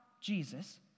Jesus